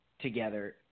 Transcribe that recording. together